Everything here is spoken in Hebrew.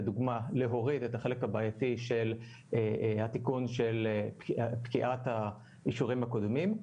לדוגמה להוריד את החלק הבעייתי של התיקון של פקיעת האישורים הקודמים,